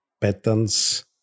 patterns